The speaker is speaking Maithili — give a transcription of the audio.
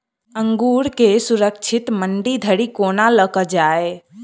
अंगूर केँ सुरक्षित मंडी धरि कोना लकऽ जाय?